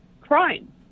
crime